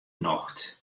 nocht